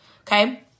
Okay